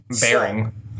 Bearing